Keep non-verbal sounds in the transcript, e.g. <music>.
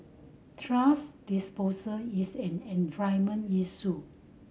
thrash disposal is an <unintelligible> issue